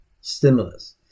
stimulus